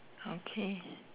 okay